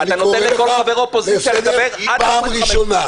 אתה נותן לכל חבר אופוזיציה לדבר עד 25 שניות.